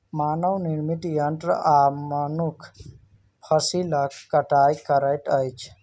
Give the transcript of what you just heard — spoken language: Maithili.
मानव निर्मित यंत्र आ मनुख फसिलक कटाई करैत अछि